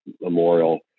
memorial